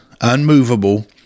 unmovable